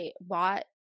bought